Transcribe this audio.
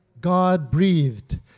God-breathed